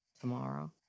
tomorrow